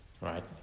right